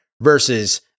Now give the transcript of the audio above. versus